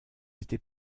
été